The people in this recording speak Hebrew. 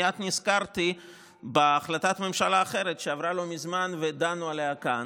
מייד נזכרתי בהחלטת ממשלה אחרת שעברה לא מזמן ודנו עליה כאן,